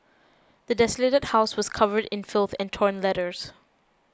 the desolated house was covered in filth and torn letters